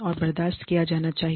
और बर्दाश्त नहीं किया जाना चाहिए